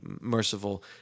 merciful